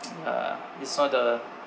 uh it's not the